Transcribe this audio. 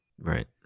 Right